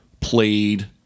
played